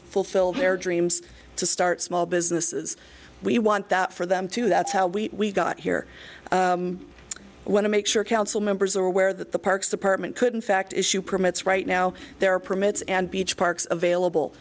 fulfill their dreams to start small businesses we want that for them too that's how we got here want to make sure council members are aware that the parks department could in fact issue permits right now there are permits and beach parks available